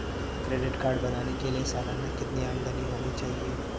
Credit card बनाने के लिए सालाना कितनी आमदनी होनी चाहिए?